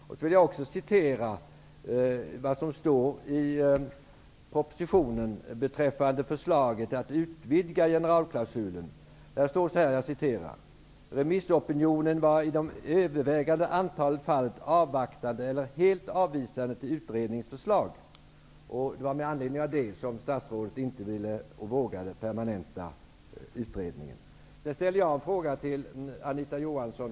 Sedan vill jag anföra det som står i propositionen beträffande förslaget att utvidga generalklausulen: ''Remissopinionen var i det övervägande antalet fall avvaktande eller helt avvisande till utredningens förslag''. Det var med anledning av detta som statsrådet inte ville och inte vågade permanenta utredningen. Jag ställde en fråga till Anita Johansson.